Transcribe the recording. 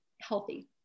healthy